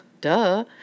Duh